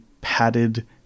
padded